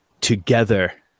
together